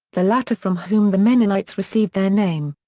the latter from whom the mennonites received their name.